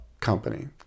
company